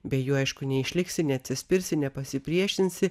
be jų aišku neišliksi neatsispirsi nepasipriešinsi